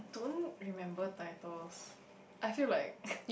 don't remember titles I feel like